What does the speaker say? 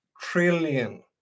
trillion